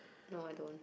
no I don't